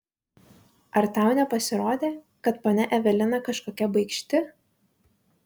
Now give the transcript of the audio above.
ar tau nepasirodė kad ponia evelina kažkokia baikšti